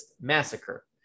massacre